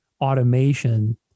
automation